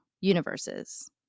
universes